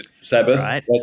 Sabbath